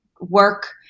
work